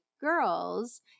girls